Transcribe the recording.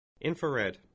Infrared